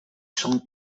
son